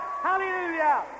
Hallelujah